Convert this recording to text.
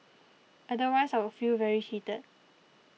otherwise I would feel very cheated